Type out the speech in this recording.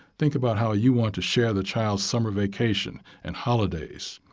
think about how you want to share the child summer vacation and holidays.